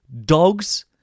dogs